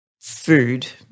food